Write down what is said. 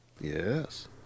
Yes